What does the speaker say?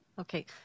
Okay